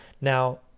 Now